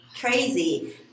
crazy